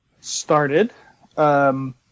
started